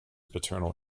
paternal